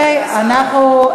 אוקיי, אנחנו,